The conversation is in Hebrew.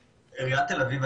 עיריית תל אביב,